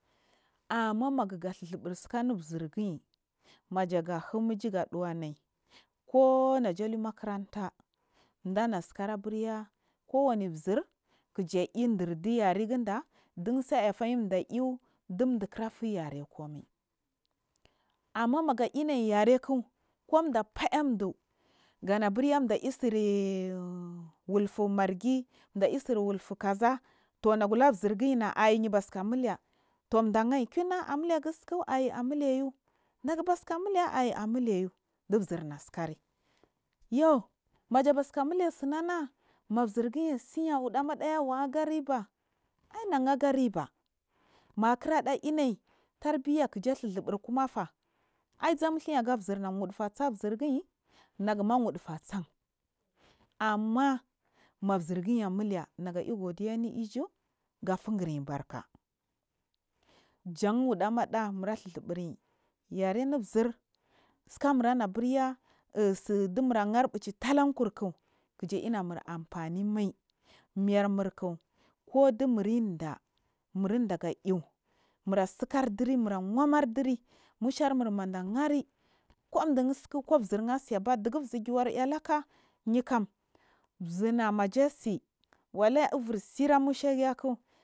Amma maga clluzubu tsikuni zirgi mahaga hu ma ijuga xhwanai kona ja hur makaranta cla tsikumi zirgi ja huu makaranta cla tsikarburya ko wani zir kiga i churdiyereginds ɗutsaiy fai ɗa eaw kirafi yarekwa emai amma mega ina yarek kuda faya duu gains bur yad ai tsiri ar wulfu margi ɗa isu wulfu kolatur nagulur zirgina batsika mila ena amilegn tsiku aiy amileyn nagli batsike mure aiy dizirinatsikari yuu majanata batsi mule tsinana mazirgi tsiya wuds mad a a waga riba a inafunyarib a makra ɗhuuda inantarbiyaki ta tsuzubu kumafa aiy zamutsu yi agazirna wuɗufu a sann ammah ma zirgi a mule naguma yau godiya anu iju gafungiryi barka jenu uluɗa madla nura ɗhuzubu yer amuzir tsikamurama burya us ɗumurahar fichi talkurki aimmur amfanimai mermurk kodumirinda nuriɗa nuridaga inu nuuratsi kardir mura wamardirin must armu mada hari kudutsika kor zir atse ba cluguzirgi wary alala yikam zing maja tsi wallashi wisira musna.